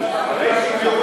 נתקבלה.